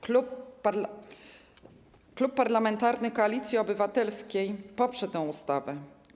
Klub Parlamentarny Koalicji Obywatelskiej poprze tę ustawę.